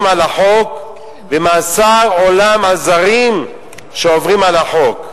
על החוק ומאסר עולם על זרים שעוברים על החוק.